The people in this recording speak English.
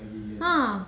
ah